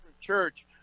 church